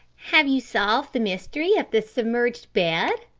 have you solved the mystery of the submerged bed?